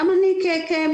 גם אני כמבוגרת,